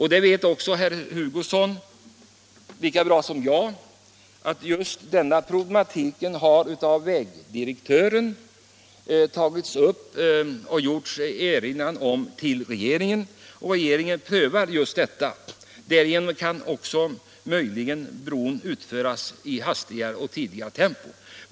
Herr Hugosson vet lika väl som jag att just denna problematik har tagits upp av generaldirektören i vägverket, som gjort en erinran hos regeringen om brobyggnader av stålkonstruktion. Regeringen prövar nu frågan. Därigenom kan bron möjligen komma att utföras snabbare.